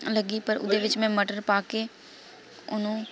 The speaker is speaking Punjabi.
ਲੱਗੀ ਪਰ ਉਹਦੇ ਵਿੱਚ ਮੈਂ ਮਟਰ ਪਾ ਕੇ ਉਹਨੂੰ